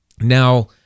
Now